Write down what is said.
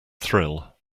thrill